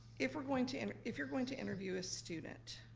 if we're going to, and if you're going to interview a student,